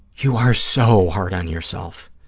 you are so hard on yourself.